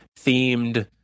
themed